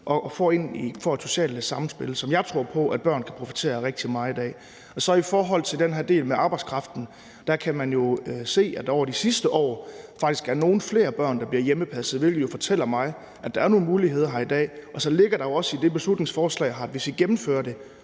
og får et socialt sammenspil, som jeg tror på børn kan profitere rigtig meget af. I forhold til den her del med arbejdskraften kan man jo se, at der over de sidste år faktisk er nogle flere børn, der bliver hjemmepasset, hvilket jo fortæller mig, at der er nogle muligheder i dag. Så ligger der jo også i det beslutningsforslag her, at hvis vi gennemfører det,